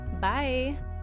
bye